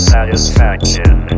Satisfaction